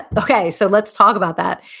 but okay, so let's talk about that.